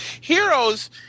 Heroes